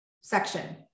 section